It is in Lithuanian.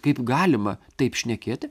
kaip galima taip šnekėti